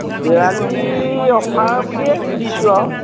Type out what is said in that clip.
Diwali offer বুলিয়ে সেইটো দিছোঁ আৰু